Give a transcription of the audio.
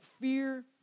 fear